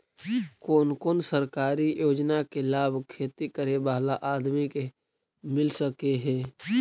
कोन कोन सरकारी योजना के लाभ खेती करे बाला आदमी के मिल सके हे?